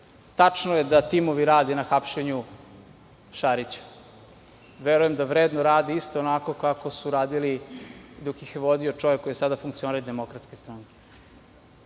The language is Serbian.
Tačno je da timovi rade na hapšenju Šarića. Verujem da vredno rade isto onako kako su radili dok ih je vodio čovek koji je sada funkcioner DS.